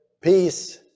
peace